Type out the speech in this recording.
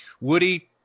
woody